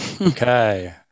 Okay